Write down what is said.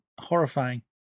horrifying